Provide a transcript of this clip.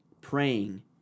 praying